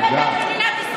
יורם וקנין.